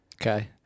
Okay